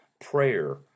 prayer